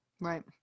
Right